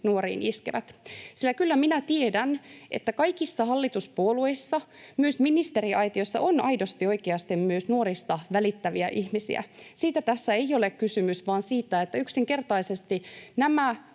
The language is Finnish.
nuoriin iskevät, sillä kyllä minä tiedän, että kaikissa hallituspuolueissa, myös ministeriaitiossa, on aidosti, oikeasti myös nuorista välittäviä ihmisiä. Siitä tässä ei ole kysymys, vaan siitä, että yksinkertaisesti nämä